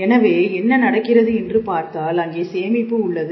எனவே என்ன நடக்கிறது என்று பார்த்தால் அங்கே சேமிப்பு உள்ளது